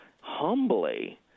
humbly